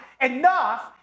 enough